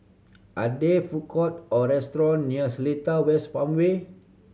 are there food court or restaurant near Seletar West Farmway